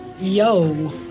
Yo